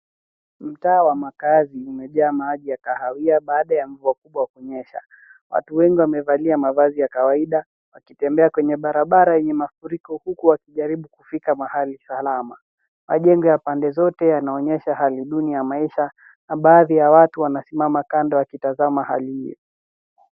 Mtaa wa makaazi umejaa maji ya kahawia baada ya mvua kubwa kunyesha. Watu wengi wamevalia mavazi ya kawaida wakitembea kwenye barabara yenye mafuriko, huku wakijaribu kufika mahali salama. Majengo ya pande zote yanaonyesha hali duni ya maisha, na baadhi ya watu wanasimama kando wakitazama hali hii.